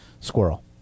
Squirrel